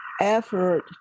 effort